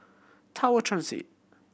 Tower Transit